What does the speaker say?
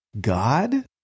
God